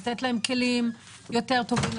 צריך לתת להם כלים יותר טובים,